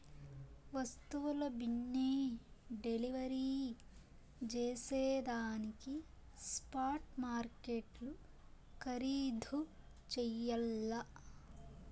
వస్తువుల బిన్నే డెలివరీ జేసేదానికి స్పాట్ మార్కెట్లు ఖరీధు చెయ్యల్ల